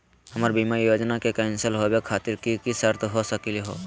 हमर बीमा योजना के कैन्सल होवे खातिर कि कि शर्त हो सकली हो?